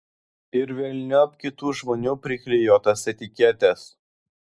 ir velniop kitų žmonių priklijuotas etiketes